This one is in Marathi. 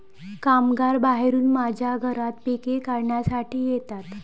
कामगार बाहेरून माझ्या घरात पिके काढण्यासाठी येतात